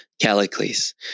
Callicles